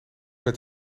met